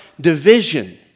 division